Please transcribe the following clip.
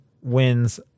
wins